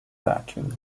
vacuum